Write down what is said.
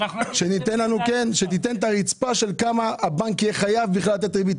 שתיתן את הרצפה של כמה הבנק יהיה חייב לתת ריבית?